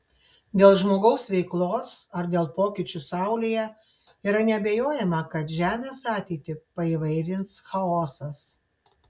dėl žmogaus veiklos ar dėl pokyčių saulėje yra neabejojama kad žemės ateitį paįvairins chaosas